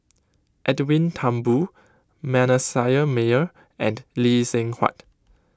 Edwin Thumboo Manasseh Meyer and Lee Seng Huat